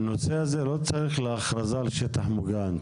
הנושא הזה לא מצריך הכרזה על שטח מוגן.